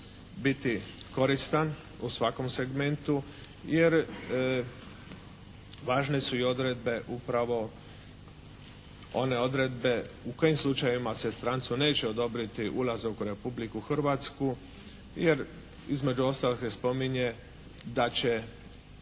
biti koristan u svakom segmentu, jer važne su i odredbe upravo one odredbe u kojim slučajevima se strancu neće odobriti ulazak u Republiku Hrvatsku, jer između ostalog se spominje da će,